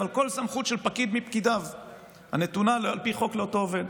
אבל כל סמכות של פקיד מפקידיו הנתונה על פי חוק לאותו עובד.